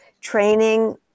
training